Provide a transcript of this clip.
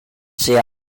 sehe